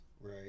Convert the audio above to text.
Right